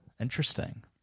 interesting